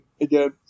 again